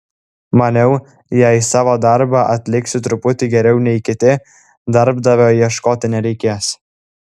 maniau jei savo darbą atliksiu truputį geriau nei kiti darbdavio ieškoti nereikės